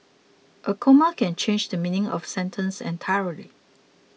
a comma can change the meaning of sentence entirely